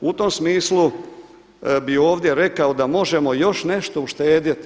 U tom smislu bih ovdje rekao da možemo još nešto uštedjeti.